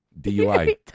DUI